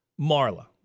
Marla